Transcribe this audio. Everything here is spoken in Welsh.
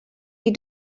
wedi